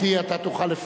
אין לי כל ספק,